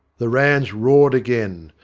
the ranns roared again.